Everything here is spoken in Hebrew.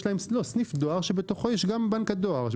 סניף דואר בתוכו יש גם את בנק הדואר,